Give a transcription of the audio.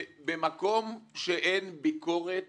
במקום שאין ביקורת